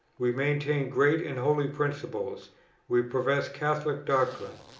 we maintain great and holy principles we profess catholic doctrines.